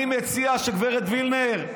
אני מציע, גברת וילנר,